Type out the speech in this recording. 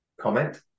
comment